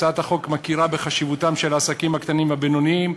הצעת החוק מכירה בחשיבותם של העסקים הקטנים והבינוניים,